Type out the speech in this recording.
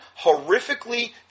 horrifically